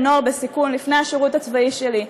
נוער בסיכון לפני השירות הצבאי שלי,